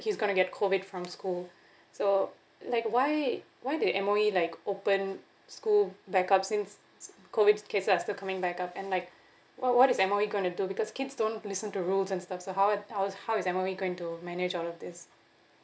he's gonna get COVID from school so like why why the M_O_E like open school back up since s~ COVID cases are still coming back up and like what what is M_O_E gonna do because kids don't listen to rules and stuff so how it how how is M_O_E going to manage all of this